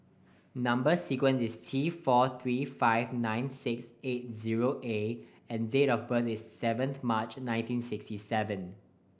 number sequence is T four three five nine six eight zero A and date of birth is seven March nineteen sixty seven